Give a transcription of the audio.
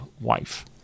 wife